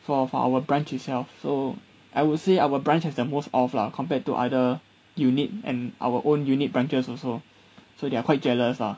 for for our branch itself so I would say our branch has the most off lah compared to other unit and our own unit branches also so they're quite jealous lah